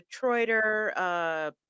Detroiter